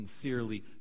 sincerely